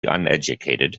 uneducated